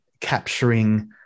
capturing